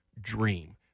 dream